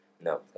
No